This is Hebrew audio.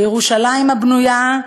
בירושלים הבנויה,